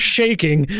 Shaking